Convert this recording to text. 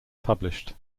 published